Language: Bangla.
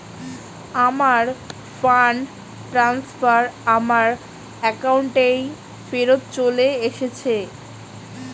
আমার ফান্ড ট্রান্সফার আমার অ্যাকাউন্টেই ফেরত চলে এসেছে